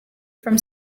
from